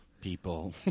People